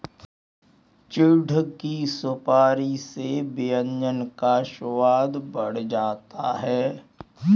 चिढ़ की सुपारी से व्यंजन का स्वाद बढ़ जाता है